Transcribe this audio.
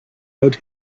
out